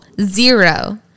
zero